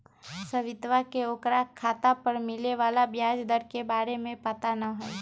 सवितवा के ओकरा खाता पर मिले वाला ब्याज दर के बारे में पता ना हई